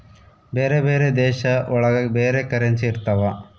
ಬೇರೆ ಬೇರೆ ದೇಶ ಒಳಗ ಬೇರೆ ಕರೆನ್ಸಿ ಇರ್ತವ